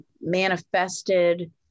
manifested